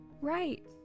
Right